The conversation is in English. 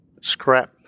scrap